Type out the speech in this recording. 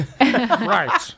Right